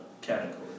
category